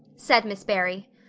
said miss barry.